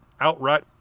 outright